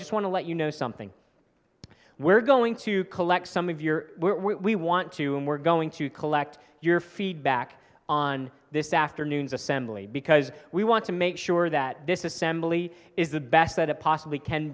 just want to let you know something we're going to collect some of your we want to and we're going to collect your feedback on this afternoon's assembly because we want to make sure that this assembly is the best that it possibly can